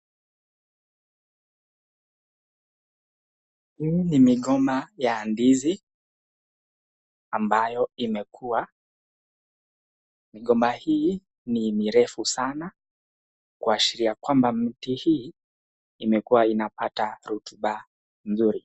Hii ni migomba ya ndizi ambayo imekua, migomba hii ni mirefu sana kuashiria kwamba miti hii imekuwa inapata rotuba nzuri.